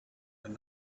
and